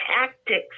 tactics